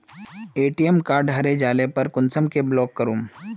ATM card हरे जाले पर कुंसम के ब्लॉक करूम?